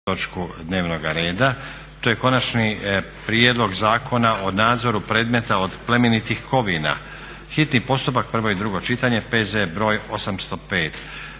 točku dnevnoga reda, to je - Konačni prijedlog zakona o nadzoru predmeta od plemenitih kovina, hitni postupak, prvo i drugo čitanje, P.Z. br. 805